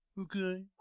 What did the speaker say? okay